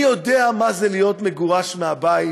אני יודע מה זה להיות מגורש מהבית,